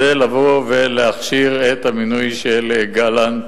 לבוא ולהכשיר את המינוי של גלנט